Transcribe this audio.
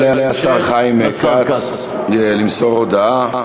יעלה השר כץ למסור הודעה.